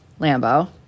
Lambo